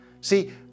See